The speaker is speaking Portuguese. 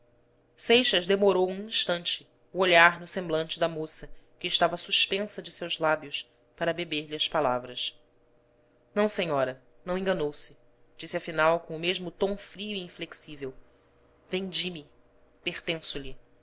seixas demorou um instante o olhar no semblante da moça que estava suspensa de seus lábios para beber lhe as palavras não senhora não enganou-se disse afinal com o mesmo tom frio e inflexível